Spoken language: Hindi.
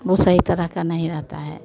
वो सही तरह का नहीं रहता है